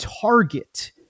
target